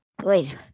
wait